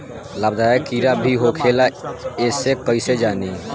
लाभदायक कीड़ा भी होखेला इसे कईसे जानी?